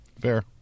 Fair